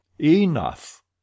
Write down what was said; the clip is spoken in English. Enough